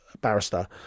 barrister